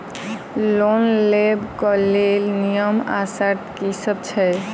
Loan लेबऽ कऽ लेल नियम आ शर्त की सब छई?